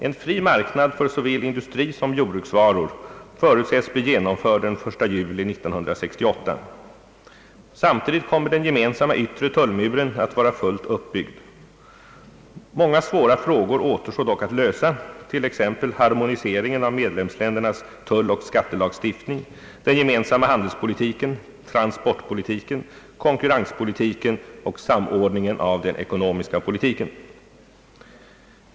En fri marknad för såväl industrisom jordbruksvaror förutsätts bli genomförd den 1 juli 1968. Samtidigt kommer den gemensamma yttre tullmuren att vara fullt uppbyggd. Många svåra frågor återstår dock att lösa, t.ex. harmoniseringen av medlemsländernas tulloch skattelagstiftning, den gemensamma handelspolitiken, transportpolitiken, konkurrenspolitiken och samordningen av den ekonomiska politiken.